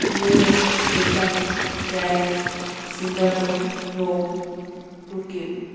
New York Dubai Paris Singapore Rome Tokyo